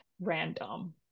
random